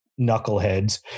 knuckleheads